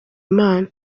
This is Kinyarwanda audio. imana